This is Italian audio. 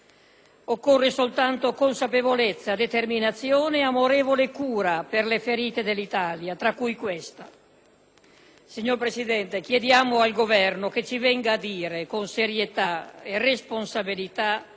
Occorre soltanto consapevolezza, determinazione ed amorevole cura per le ferite dell'Italia, tra cui quella di cui stiamo parlando. Signor Presidente, chiediamo al Governo che ci venga a dire con serietà e responsabilità